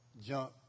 jump